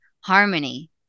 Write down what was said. harmony